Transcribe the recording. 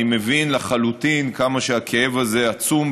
אני מבין לחלוטין כמה שהכאב הזה עצום,